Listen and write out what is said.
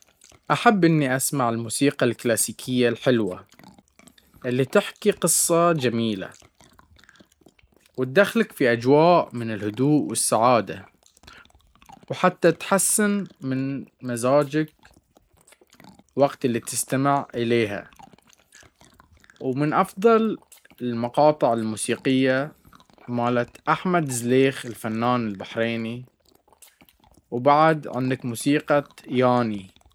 أحب اني أسمع الموسيقى الكلاسيكية الحلوة اللي تحكي قصة جميلة وتدخلك في أجواء من الهدوء والسعادة وحتى تحسن من مزاجك وقت اللي تستمع اليها, ومن أفضل المقاطل موسيقى مالت أحمد زليخ الفنان البحريني كان و بعد عندك موسيقى ياني.